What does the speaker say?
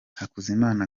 hakuzimana